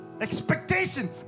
Expectation